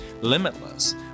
limitless